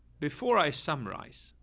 before i summarize,